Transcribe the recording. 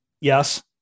Yes